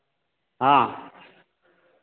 हाँ